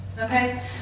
okay